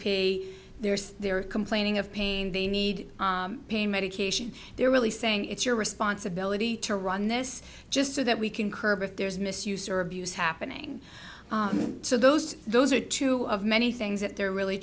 p there's they're complaining of pain they need pain medication they're really saying it's your responsibility to run this just so that we can curb if there's misuse or abuse happening so those those are two of many things that they're really